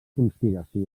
conspiració